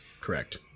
Correct